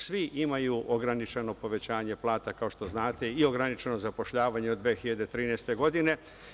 Svi imaju ograničeno povećanje plata, kao što znate i ograničeno zapošljavanje od 2013. godine.